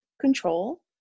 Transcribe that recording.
control